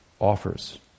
offers